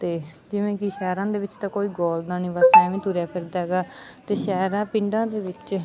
ਅਤੇ ਜਿਵੇਂ ਕਿ ਸ਼ਹਿਰਾਂ ਦੇ ਵਿੱਚ ਤਾਂ ਕੋਈ ਗੌਰਦਾ ਨਹੀਂ ਬਸ ਐਵੇਂ ਤੁਰਿਆ ਫਿਰਦਾ ਹੈਗਾ ਅਤੇ ਸ਼ਹਿਰਾਂ ਪਿੰਡਾਂ ਦੇ ਵਿੱਚ